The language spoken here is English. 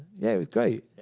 yeah, it was great.